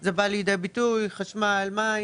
זה בא לידי ביטוי בחשמל, מים וכיוצא בזה.